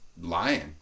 lying